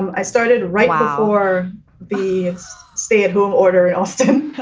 i started writing for the stay at home order in austin